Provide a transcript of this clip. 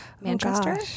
Manchester